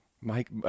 Mike